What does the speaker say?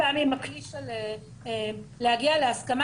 הכלי של להגיע להסכמה,